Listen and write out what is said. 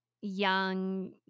young